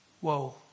Whoa